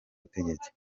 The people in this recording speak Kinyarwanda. butegetsi